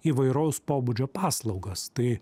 įvairaus pobūdžio paslaugas tai